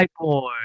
whiteboard